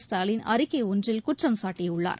ஸ்டாலின் அறிக்கை ஒன்றில் குற்றம் சாட்டியுள்ளார்